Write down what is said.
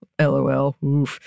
LOL